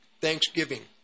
thanksgiving